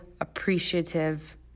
appreciative